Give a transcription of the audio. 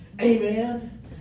Amen